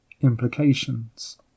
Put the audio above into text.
implications